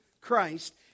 Christ